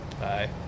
Bye